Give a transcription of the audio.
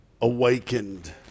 awakened